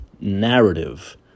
narrative